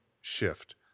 shift